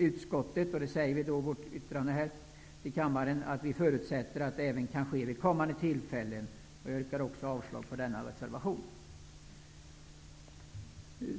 Utskottet förutsätter att detta kan ske även vid kommande tillfällen, och jag yrkar därför avslag även på denna reservation.